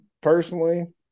personally –